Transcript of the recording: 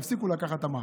תפסיקו לקחת את המע"מ.